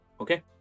Okay